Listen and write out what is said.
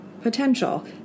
potential